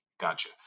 Gotcha